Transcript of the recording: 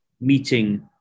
meeting